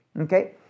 okay